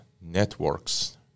networks